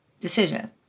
decision